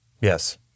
Yes